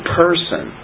person